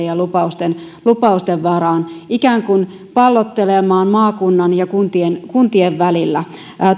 ja lupausten lupausten varaan ikään kuin pallottelemaan maakunnan ja kuntien kuntien välillä